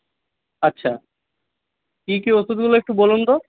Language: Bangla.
আচ্ছা কী কী ওষুধগুলো একটু বলুন তো